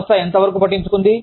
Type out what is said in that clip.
సంస్థ ఎంతవరకు పట్టించుకు0దీ